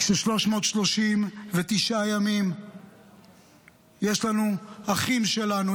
כש-339 ימים אחים שלנו,